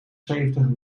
zeventig